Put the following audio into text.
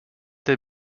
der